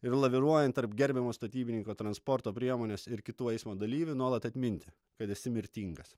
ir laviruojant tarp gerbiamo statybininko transporto priemonės ir kitų eismo dalyvių nuolat atminti kad esi mirtingas